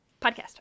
Podcast